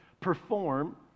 perform